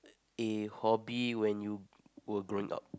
a hobby when you were grown up